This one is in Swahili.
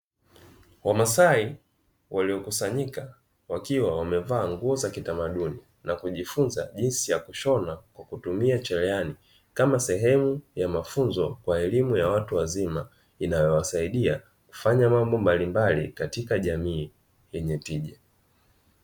Wamasai waliokusanyika, wakiwa wamevaa nguo za kitamaduni na kujifunza jinsi ya kushona kwa kutumia cherehani, kama sehemu ya mafunzo kwa elimu ya watu wazima, inayowasaidia kufanya mambo mbalimbali katika jamii yenye tija.